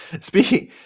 Speaking